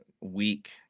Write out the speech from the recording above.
week